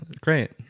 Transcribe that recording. Great